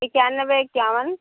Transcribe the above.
इक्यानवे इक्यावन